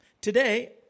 today